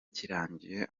kirangiye